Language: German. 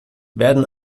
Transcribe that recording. werden